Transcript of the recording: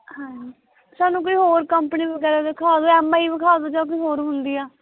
ਹਾਂ ਸਾਨੂੰ ਕੋਈ ਹੋਰ ਕੰਪਨੀ ਵਗੈਰਾ ਦਿਖਾ ਦਿਉ ਐਮ ਆਈ ਵਿਖਾ ਦਿਉ ਜਾਂ ਕੋਈ ਹੋਰ ਹੁੰਦੀ ਆ